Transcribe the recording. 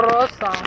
Rosa